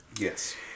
Yes